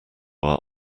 are